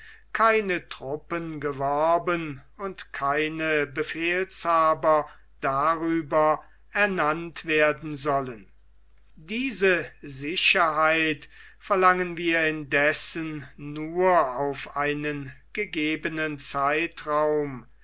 keine truppen geworben und keine befehlshaber darüber ernannt werden sollen diese sicherheit verlangen wir indessen nur auf einen gegebenen zeitraum